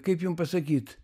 kaip jum pasakyt